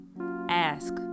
Ask